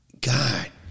God